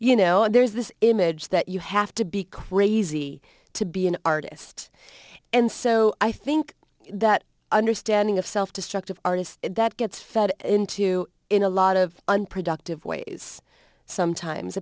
you know and there's this image that you have to be crazy to be an artist and so i think that understanding of self destructive artists that gets fed into you in a lot of unproductive ways sometimes